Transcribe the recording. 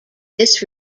this